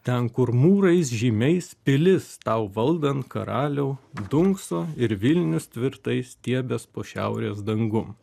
ten kur mūrais žymiais pilis tau valdant karaliau dunkso ir vilnius tvirtai stiebias po šiaurės dangum